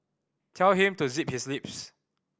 tell him to zip his lips